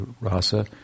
Rasa